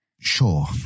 Sure